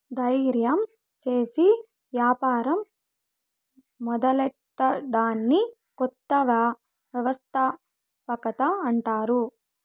దయిర్యం సేసి యాపారం మొదలెట్టడాన్ని కొత్త వ్యవస్థాపకత అంటారు